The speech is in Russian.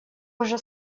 уже